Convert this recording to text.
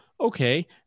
okay